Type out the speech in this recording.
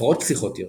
הפרעות פסיכוטיות